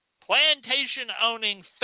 plantation-owning